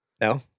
No